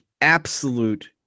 absolute